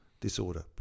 disorder